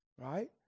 Right